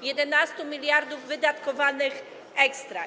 o 11 mld wydatkowanych ekstra.